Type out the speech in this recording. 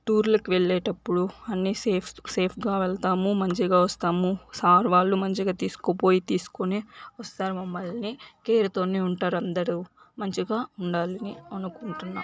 టూర్లకి వెళ్లేటప్పుడు అన్ని సేఫ్ సేఫ్గా వెళ్తాము మంచిగా వస్తాము సార్ వాళ్లు మంచిగా తీసుకుపోయి తీసుకొని వస్తారు మమ్మల్ని కేర్తోనే ఉంటారు అందరూ మంచిగా ఉండాలని అనుకుంటున్నా